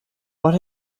what